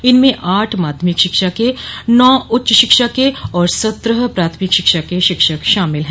इसमें आठ माध्यमिक शिक्षा के नौ उच्च शिक्षा के और सत्रह प्राथमिक शिक्षा के शिक्षक शामिल है